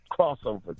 crossover